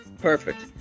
Perfect